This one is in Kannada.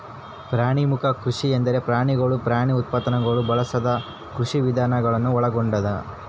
ಪ್ರಾಣಿಮುಕ್ತ ಕೃಷಿ ಎಂದರೆ ಪ್ರಾಣಿಗಳು ಪ್ರಾಣಿ ಉತ್ಪನ್ನಗುಳ್ನ ಬಳಸದ ಕೃಷಿವಿಧಾನ ಗಳನ್ನು ಒಳಗೊಂಡದ